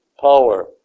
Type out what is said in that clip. power